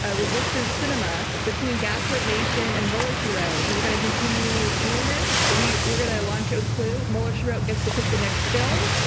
ah resistance cinema between gaslit nation and mueller, she wrote, and we're gonna continue doing this. we were gonna launch it with clue. mueller, she wrote gets to pick the next film.